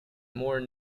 more